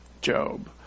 Job